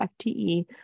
FTE